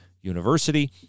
University